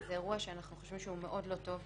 זה אירוע שאנחנו חושבים שהוא מאוד לא טוב.